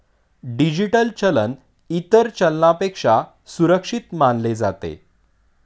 digital चलन इतर चलनापेक्षा सुरक्षित मानले जाते